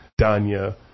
Danya